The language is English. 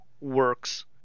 works